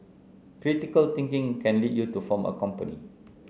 critical thinking can lead you to form a company